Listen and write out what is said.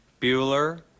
Bueller